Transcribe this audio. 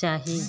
चाही?